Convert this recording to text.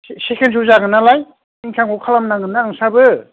second श' जागोन नालाय इन्कामखौ खालामनांगोन ना नोंस्राबो